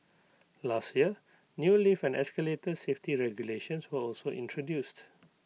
last year new lift and escalator safety regulations were also introduced